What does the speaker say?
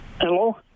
Hello